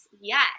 Yes